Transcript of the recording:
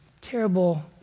terrible